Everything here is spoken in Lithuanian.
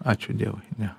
ačiū dievui ne